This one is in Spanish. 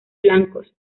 blancos